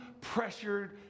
pressured